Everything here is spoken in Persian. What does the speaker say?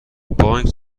بانک